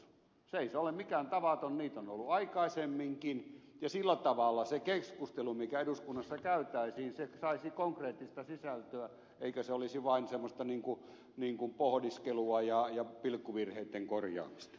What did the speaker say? ei se ole mitään tavatonta niitä on ollut aikaisemminkin ja sillä tavalla se keskustelu mikä eduskunnassa käytäisiin saisi konkreettista sisältöä eikä olisi vain semmoista niin kuin pohdiskelua ja pilkkuvirheitten korjaamista